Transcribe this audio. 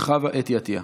חוה אתי עטייה.